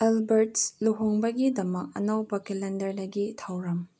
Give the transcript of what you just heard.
ꯑꯜꯕꯥꯔꯠꯁ ꯂꯨꯍꯣꯡꯕꯒꯤꯗꯃꯛ ꯑꯅꯧꯕ ꯀꯦꯂꯦꯟꯗꯔꯗꯒꯤ ꯊꯧꯔꯝ